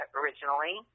originally